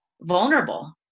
vulnerable